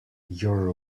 your